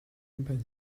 company